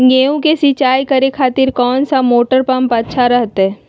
गेहूं के सिंचाई करे खातिर कौन सा मोटर पंप अच्छा रहतय?